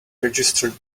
registered